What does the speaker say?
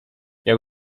miał